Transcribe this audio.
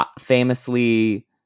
famously